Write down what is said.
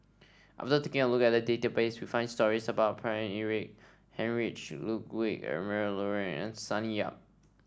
after taking a look at the database we found stories about Paine Eric Heinrich Ludwig Emil Luering and Sonny Yap